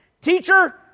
Teacher